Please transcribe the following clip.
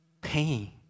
pain